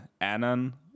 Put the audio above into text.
Anon